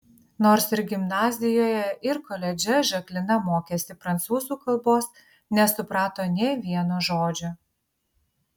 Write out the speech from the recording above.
nors ir gimnazijoje ir koledže žaklina mokėsi prancūzų kalbos nesuprato nė vieno žodžio